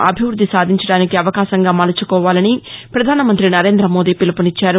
అభివృద్ది సాధించడానికి అవకాశంగా మలచుకోవాలని పధానమంతి నరేంద్రమోదీ పిలుపునిచ్చారు